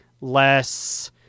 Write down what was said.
less